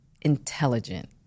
intelligent